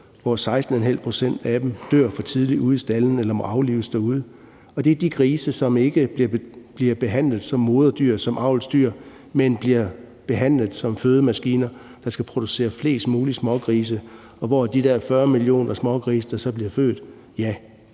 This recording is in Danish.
hvoraf 16½ pct. dør for tidligt ude i staldene eller må aflives derude. Det er grise, som ikke bliver behandlet som moderdyr, som avlsdyr, men som fødemaskiner, der skal producere flest mulige smågrise. Og af de der 40 millioner smågrise, der bliver født, er